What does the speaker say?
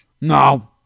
no